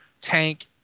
tank